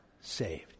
saved